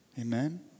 Amen